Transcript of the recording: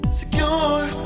secure